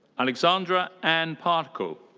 alexandra anne parco.